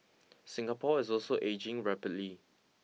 Singapore is also ageing rapidly